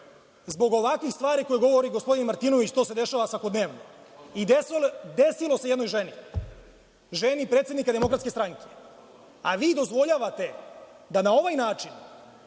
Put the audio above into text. čin. Zbog ovakvih stvari koje govori gospodin Martinović to se dešava svakodnevno i desilo se jednoj ženi, ženi predsednika Demokratske stranke. A vi dozvoljavate da na ovaj način